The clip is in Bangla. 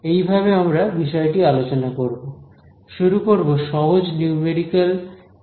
এইভাবে আমরা বিষয়টি আলোচনা করবো শুরু করব সহজ নিউমেরিক্যাল ইন্টিগ্রেশন দিয়ে